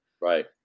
Right